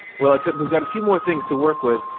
well except we've got a few more things to work with,